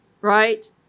right